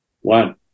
one